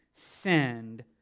send